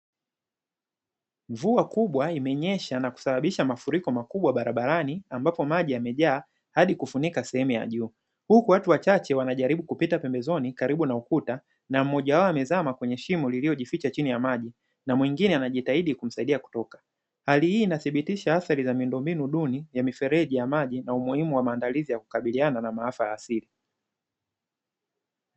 Mvua kubwa imenyesha na kusababisha mafuriko makubwa barabarani ambapo maji yamejaa hadi kufunika sehemu ya juu, huku watu wachache wanajaribu kupita pembezoni karibu na ukuta na mmoja wao amezama kwenye shimo lililojificha chini ya maji na mwingine anajitahidi kumsaidia kutoka. Hali hii inathibitisha athari za miundombinu duni ya mifereji ya maji na umuhimu wa maandalizi ya kukabiliana na maafa ya asili.